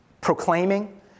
proclaiming